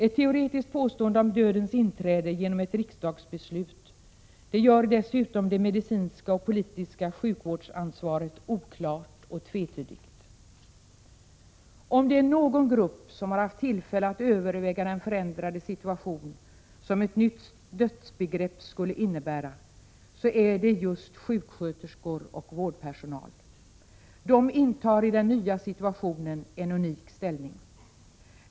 Ett teoretiskt påstående om dödens inträde genom ett riksdagsbeslut gör dessutom det medicinska och politiska sjukvårdsansvaret oklart och tvetydigt. Om det är någon grupp som har haft tillfälle att överväga den förändrade situation som ett nytt dödsbegrepp skulle innebära är det just sjuksköterskor och vårdpersonal. De intar i den nya situationen en unik ställning.